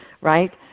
right